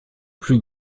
plus